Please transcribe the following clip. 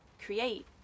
create